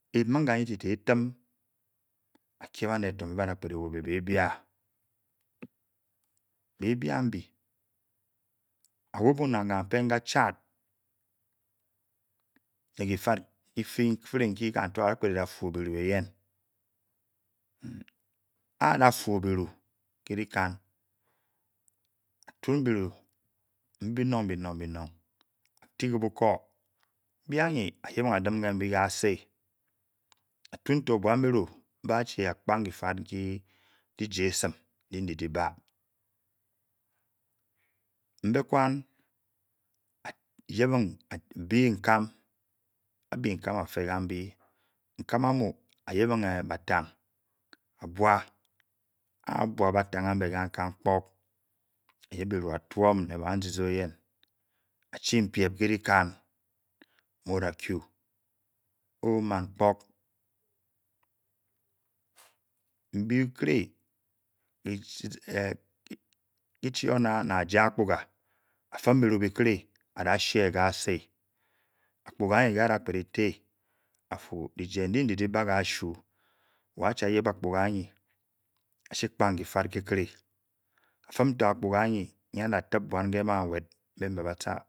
Bē mung ka ye ta ta etem orger banel eter be bia bebia mbe a-who bun na ka pke Ar ga fu belu le lakan tun belu ebe nun be nun otileborkar mbe ayen oyep odem lē kase a kea ge tor bia garu embe ba chic apkang gerald lake ga jar esem mbe nei-ba batony butte ntie ko inselen wasang be wat se a'du tar inye pka ingeb nen abur kembleble bem oshie mon kpele ba le da thel ashwe acheled mbe mule whe nbelo mē unba kan bajour bosam bosunleptio bonchi ogae tomi anem inga opele otu ashe le oslue o ge pe pank le oshie oba ge banpkoweng ge le oshie inbaab gasus kembelle be pkele you weh. Kene mye mule letem mba sa kapar teteelemu ba wa ka be wan